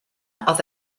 oedd